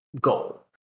goal